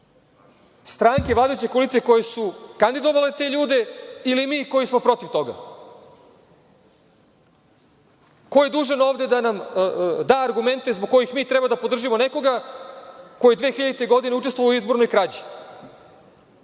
Stranke vladajuće koalicije koje su kandidovale te ljude ili mi koji smo protiv toga? Ko je dužan ovde da nam da argumente zbog kojih mi treba da podržimo nekoga ko je 2000. godine učestvovao u izbornoj